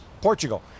portugal